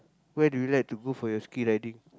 where do you like to go for your skii riding